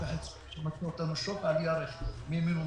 החיצוני שמכה אותנו שוק על ירך מימין ומשמאל.